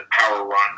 power-run